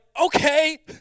okay